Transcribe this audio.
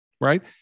right